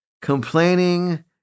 complaining